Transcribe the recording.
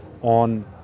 on